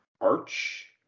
arch